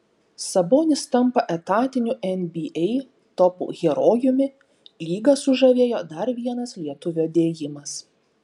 sabonis tampa etatiniu nba topų herojumi lygą sužavėjo dar vienas lietuvio dėjimas